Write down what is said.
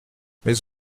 mais